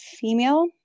female